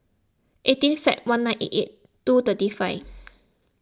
eighteen February one nine eight eight two thirty five